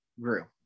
grew